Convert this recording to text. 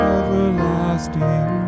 everlasting